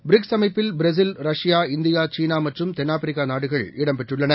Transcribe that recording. BRICS அமைப்பில் Brazil Russia India China மற்றும் தென் ஆப்ரிக்கா நாடுகள் இடம்பெற்றுள்ளன